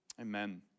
Amen